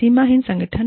सीमाहीन संगठन